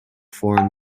foreign